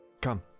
Come